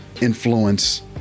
influence